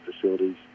facilities